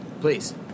Please